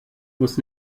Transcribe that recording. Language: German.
muss